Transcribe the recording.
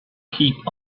heap